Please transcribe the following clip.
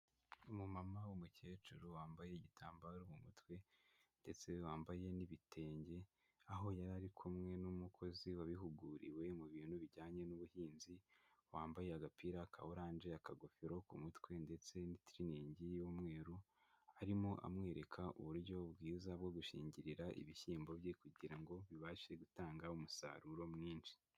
Umumama w'umukecuru wambaye igitambaro mu mutwe ndetse wambaye n'ibitenge, aho yari ari kumwe n'umukozi wabihuguriwe mu bintu bijyanye n'ubuhinzi, wambaye agapira ka oranje, akagofero ku mutwe ndetse n'itiriningi y'umweru, arimo amwereka uburyo bwiza bwo gushingirira ibishyimbo bye kugira ngo bibashe gutanga umusaruro mwinshi.